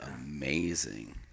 amazing